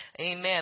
amen